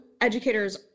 educators